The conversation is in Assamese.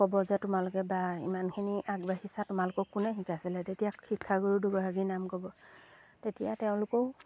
ক'ব যে তোমালোকে বা ইমানখিনি আগবাঢ়িছা তোমালোকক কোনে শিকাইছিলে তেতিয়া শিক্ষাগুৰু দুগৰাকীৰ নাম ক'ব তেতিয়া তেওঁলোকেও